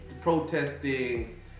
protesting